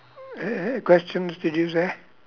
uh questions did you say